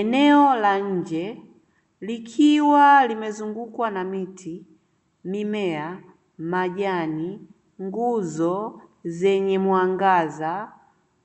Eneo la nje likiwa limezungukwa na miti, mimea, majani, nguzo zenye mwangaza,